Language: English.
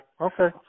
Okay